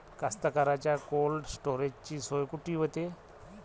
कास्तकाराइच्या कोल्ड स्टोरेजची सोय कुटी होते?